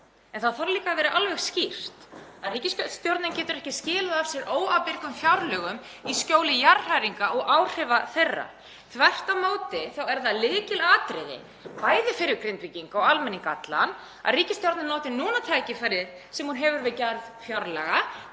en þá þarf líka að vera alveg skýrt að ríkisstjórnin getur ekki skilað af sér óábyrgum fjárlögum í skjóli jarðhræringa og áhrifa þeirra. Þvert á móti er það lykilatriði, bæði fyrir Grindvíkinga og almenning allan, að ríkisstjórnin noti núna tækifærið sem hún hefur við gerð fjárlaga